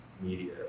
media